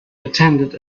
attended